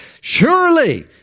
Surely